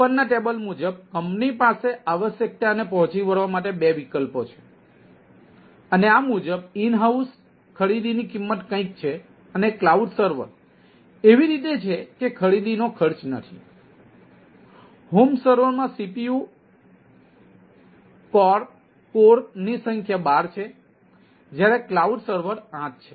ઉપરના ટેબલ મુજબ કંપની પાસે આવશ્યકતાને પહોંચી વળવા માટે બે વિકલ્પો છે અને આ મુજબ ઈન હાઉસ 8 છે